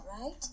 right